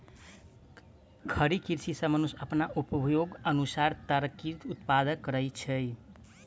खड़ी कृषि सॅ मनुष्य अपन उपयोगक अनुसार तरकारी उत्पादन कय सकै छै